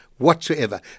whatsoever